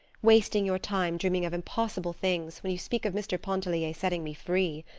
wasting your time dreaming of impossible things when you speak of mr. pontellier setting me free!